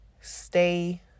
stay